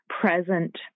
present